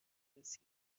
رسیم